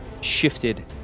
shifted